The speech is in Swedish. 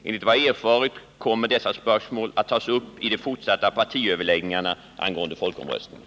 Enligt vad jag erfarit kommer dessa spörsmål att tagas upp i de fortsatta Om regeringsini